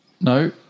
No